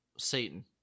Satan